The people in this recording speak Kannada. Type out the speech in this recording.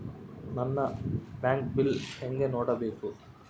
ನನ್ನ ಬಾಕಿ ಬಿಲ್ ಹೆಂಗ ನೋಡ್ಬೇಕು?